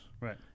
Right